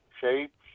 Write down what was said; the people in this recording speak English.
shapes